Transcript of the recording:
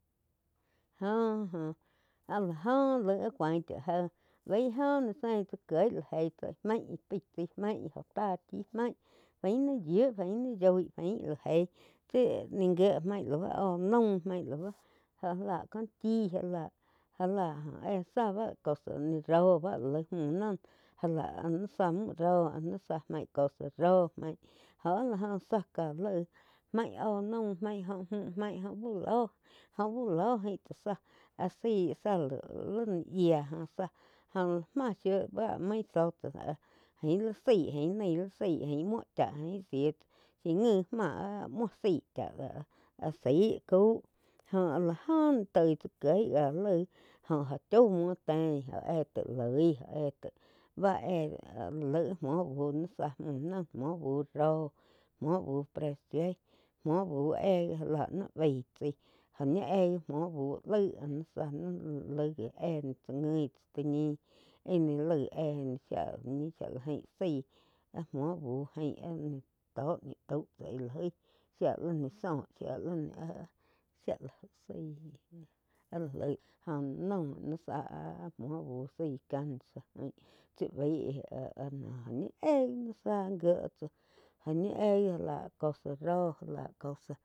Jo oh áh lo jo laí cuan chá jéh baíh jo sein tsá kieg la jéi main íh paig tsái maíh íh oh tá chi maig fain ni yíu fain ni yoi jaín la jéi tsi ni jié lau óh naum maig la bá já la kó chi já la-já la oh éh zá báh cosa áh ni roh lá laig müh noh já láh áh ni záh mu ró ní záh maig cosa róh maih jo áh la jo zá ká laig main oh naum maig joh mu maig joh úh lo, óh uh lo jain tsá zá áh zái áh zá laig li ni yía jo záh joh máh shiu ba main zóh tsá áh jain lí zain jain muó cháh siu shi nji máh áh muo zaig cháh áh saih cau jo áh la jo ni toi chá kieg ká laig joh óh chaum muo téin óh éh taig loi óh éh tai báh éh laig áh muo bu náiz zá mu noh, muo bu ró muo bu presioi muo bu éh gi já lá naig laig muo bu éh gi já lah ni baig tsaí joh ñi éh gi muo bú laig nain laig gi éh ni tsá ngui cha tá ñih ih ni loi éh shía la gain zaí áh muo bu jain áh chá tó ni tau tsá íh loi shi li ni zó shía li shía la óh zái áh la laig oh la noh nain záh áh-áh muo bu zái cancer ain tsá tsi bai áh-á no fain éh gi ni zá áh gie tsáh joh ñi éh gi cosa ro já la cosa.